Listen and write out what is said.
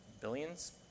billions